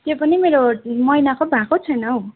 त्यो पनि मेरो महिनाको भएको छैन हौ